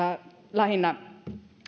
lähinnä